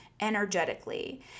energetically